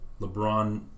LeBron –